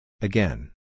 Again